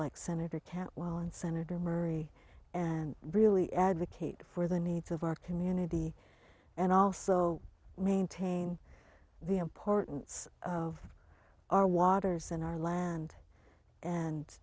like senator cantwell and senator murray and really advocate for the needs of our community and also maintain the importance of our waters and our land and